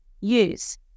use